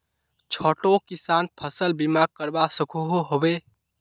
छोटो किसान फसल बीमा करवा सकोहो होबे?